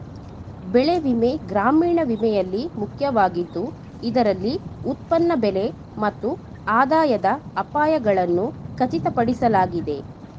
ಬೆಳೆ ವಿಮೆ ಗ್ರಾಮೀಣ ವಿಮೆಯಲ್ಲಿ ಮುಖ್ಯವಾದದ್ದು ಇದರಲ್ಲಿ ಉತ್ಪನ್ನ ಬೆಲೆ ಮತ್ತು ಆದಾಯದ ಅಪಾಯಗಳನ್ನು ಖಚಿತಪಡಿಸಲಾಗಿದೆ